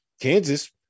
Kansas